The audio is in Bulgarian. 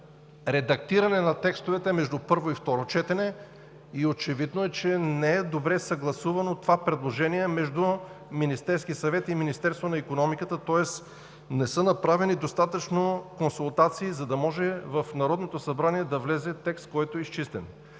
редактиране на текстовете между първо и второ четене. Очевидно е, че не е добре съгласувано това предложение между Министерския съвет и Министерството на икономиката, тоест не са направени достатъчно консултации, за да може в Народното събрание да влезе текст, който е изчистен.